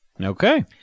Okay